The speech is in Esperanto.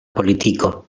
politiko